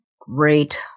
Great